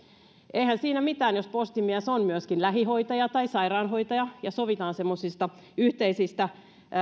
eihän siinä mitään jos postimies on myöskin lähihoitaja tai sairaanhoitaja ja sovitaan yhteisistä